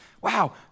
wow